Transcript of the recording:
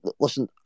listen